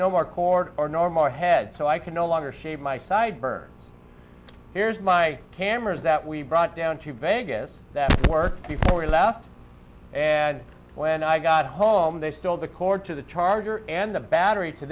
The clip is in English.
no more cord or norm or head so i can no longer shave my sideburns here's my cameras that we brought down to vegas that work before i left and when i got home they stole the cord to the charger and the battery to